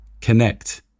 connect